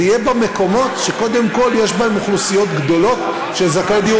זה יהיה במקומות שקודם כול יש בהם אוכלוסיות גדולות של זכאי דיור